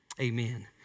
Amen